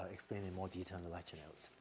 ah, explained in more detail in the lecture notes.